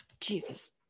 Jesus